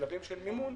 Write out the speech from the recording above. לשלבים של מימון,